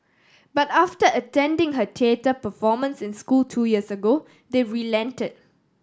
but after attending her theatre performance in school two years ago they relented